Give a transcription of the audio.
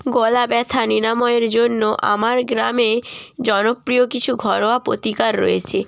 গলা ব্যথা নিরাময়ের জন্য আমার গ্রামে জনপ্রিয় কিছু ঘরোয়া প্রতিকার রয়েছে